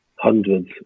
hundreds